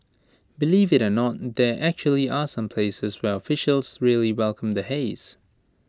believe IT or not there actually are some places where officials really welcome the haze